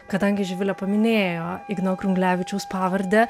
kadangi živilė paminėjo igno krunglevičiaus pavardę